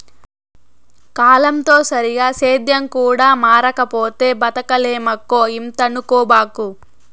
కాలంతో సరిగా సేద్యం కూడా మారకపోతే బతకలేమక్కో ఇంతనుకోబాకు